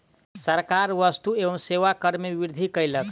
सरकार वस्तु एवं सेवा कर में वृद्धि कयलक